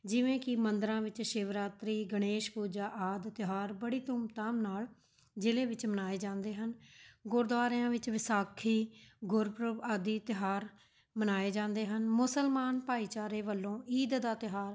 ਜਿਵੇਂ ਕਿ ਮੰਦਰਾਂ ਵਿੱਚ ਸ਼ਿਵਰਾਤਰੀ ਗਣੇਸ਼ ਪੂਜਾ ਆਦਿ ਤਿਉਹਾਰ ਬੜੀ ਧੂਮ ਧਾਮ ਨਾਲ਼ ਜਿਲ੍ਹੇ ਵਿੱਚ ਮਨਾਏ ਜਾਂਦੇ ਹਨ ਗੁਰਦੁਆਰਿਆਂ ਵਿੱਚ ਵਿਸਾਖੀ ਗੁਰਪੁਰਬ ਆਦਿ ਤਿਉਹਾਰ ਮਨਾਏ ਜਾਂਦੇ ਹਨ ਮੁਸਲਮਾਨ ਭਾਈਚਾਰੇ ਵੱਲੋਂ ਈਦ ਦਾ ਤਿਉਹਾਰ